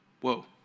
whoa